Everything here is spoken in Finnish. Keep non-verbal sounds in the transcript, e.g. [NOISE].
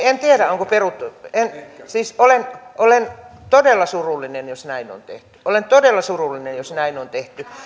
[UNINTELLIGIBLE] en tiedä onko peruttu siis olen todella surullinen jos näin on tehty olen todella surullinen jos näin on tehty